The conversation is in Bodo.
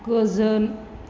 गोजोन